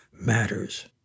matters